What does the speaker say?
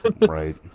right